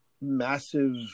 massive